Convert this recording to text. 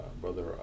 Brother